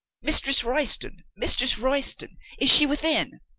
mistress royston! mistress royston! is she within?